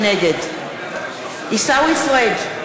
נגד עיסאווי פריג'